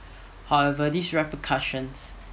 however these repercussions